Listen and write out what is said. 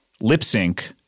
lip-sync –